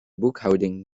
boekhouding